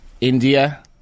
India